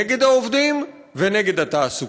נגד העובדים ונגד התעסוקה.